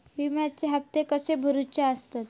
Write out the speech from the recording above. विम्याचे हप्ते कसे भरुचे असतत?